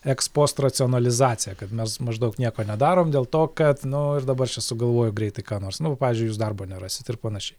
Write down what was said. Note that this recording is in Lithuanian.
eks postracionalizacija kad mes maždaug nieko nedarom dėl to kad nu ir dabar čia sugalvoju greitai ką nors nu pavyzdžiui jūs darbo nerasit ir panašiai